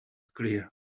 clear